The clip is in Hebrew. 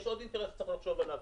יש עוד אינטרס שצריך לחשוב עליו.